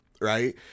right